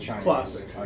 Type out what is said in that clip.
Classic